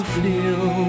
feel